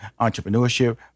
entrepreneurship